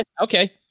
Okay